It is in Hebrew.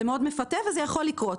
זה מאוד מפתה וזה יכול לקרות.